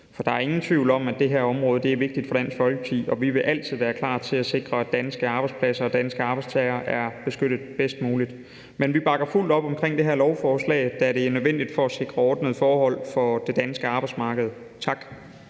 For der er ingen tvivl om, at det her område er vigtigt for Dansk Folkeparti, og vi vil altid være klar til at sikre, at danske arbejdspladser og danske arbejdstagere er beskyttet bedst muligt. Men vi bakker fuldt op om det her lovforslag, da det er nødvendigt for at sikre ordnede forhold på det danske arbejdsmarked. Tak.